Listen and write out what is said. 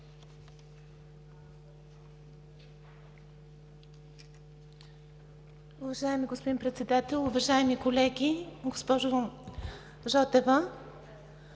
Уважаеми господин Председател, уважаеми колеги, уважаема